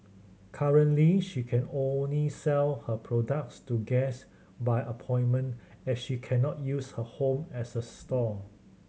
currently she can only sell her products to guest by appointment as she cannot use her home as a store